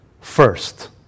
first